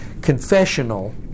confessional